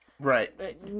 Right